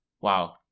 wow